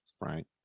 right